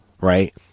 right